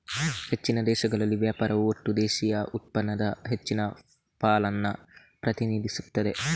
ಹೆಚ್ಚಿನ ದೇಶಗಳಲ್ಲಿ ವ್ಯಾಪಾರವು ಒಟ್ಟು ದೇಶೀಯ ಉತ್ಪನ್ನದ ಹೆಚ್ಚಿನ ಪಾಲನ್ನ ಪ್ರತಿನಿಧಿಸ್ತದೆ